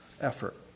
effort